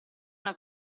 una